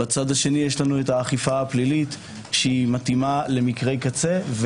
בצד שני יש לנו האכיפה הפלילית שמתאימה למקרי קצה,